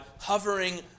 hovering